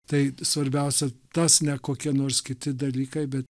tai svarbiausia tas ne kokie nors kiti dalykai bet